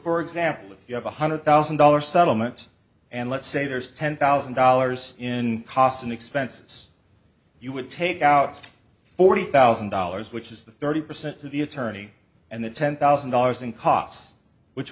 for example if you have one hundred thousand dollars settlement and let's say there's ten thousand dollars in costs and expenses you would take out forty thousand dollars which is the thirty percent to the attorney and the ten thousand dollars in costs which